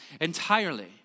entirely